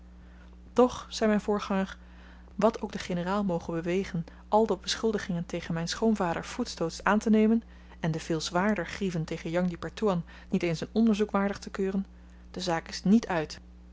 zei myn voorganger wat ook den generaal moge bewegen al de beschuldigingen tegen myn schoonvader voetstoots aantenemen en de veel zwaarder grieven tegen jang di pertoean niet eens een onderzoek waardig te keuren de zaak is niet uit